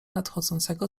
nadchodzącego